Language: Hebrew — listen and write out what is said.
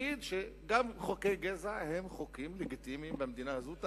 להגיד שגם חוקי גזע הם חוקים לגיטימיים במדינה הזו.